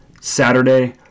Saturday